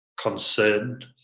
concerned